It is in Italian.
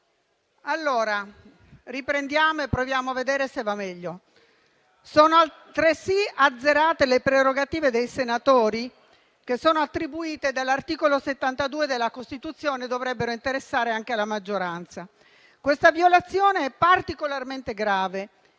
Allora riprendiamo e proviamo a vedere se va meglio. Sono altresì azzerate le prerogative dei senatori, che sono attribuite dall'articolo 72 della Costituzione e dovrebbero interessare anche alla maggioranza. Questa violazione è particolarmente grave